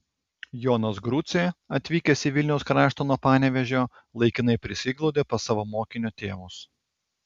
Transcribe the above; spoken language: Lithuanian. jonas grucė atvykęs į vilniaus kraštą nuo panevėžio laikinai prisiglaudė pas savo mokinio tėvus